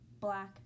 black